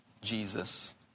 Jesus